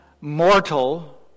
mortal